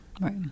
right